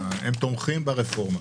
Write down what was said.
הם תומכים ברפורמה.